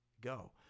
go